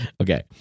Okay